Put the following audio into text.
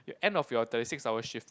you're end of your thirty six hours shift